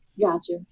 Gotcha